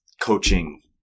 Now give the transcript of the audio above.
coaching